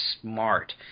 smart